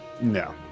No